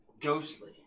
Ghostly